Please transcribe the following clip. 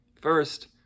first